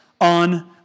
on